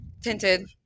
Tinted